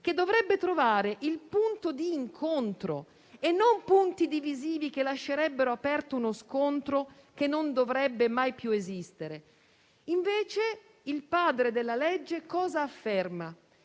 che dovrebbe trovare un punto di incontro e non punti divisivi, che lascerebbero aperto uno scontro che non dovrebbe mai più esistere. Invece, il padre del disegno di legge cosa afferma?